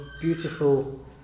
beautiful